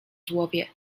złowię